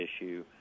issue